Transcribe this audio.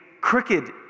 crooked